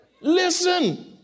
Listen